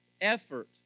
Effort